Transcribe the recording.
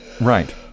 Right